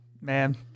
man